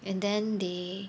and then they